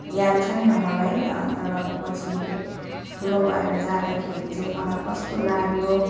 याद छैन मलाई तर अब पछि निकै ठुलो भएर जाँदाखेरि चाहिँ मलाई कस्तो लाग्यो